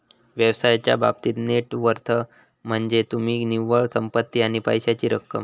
व्यवसायाच्या बाबतीत net worth म्हनज्ये तुमची निव्वळ संपत्ती आणि पैशाची रक्कम